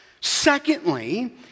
Secondly